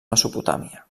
mesopotàmia